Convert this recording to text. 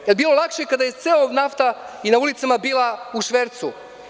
Da li je bilo lakše kada je nafta i na ulicama bila u švercu?